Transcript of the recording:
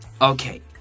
Okay